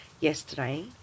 Yesterday